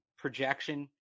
projection